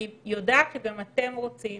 אני יודעת שגם אתם רוצים